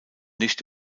nicht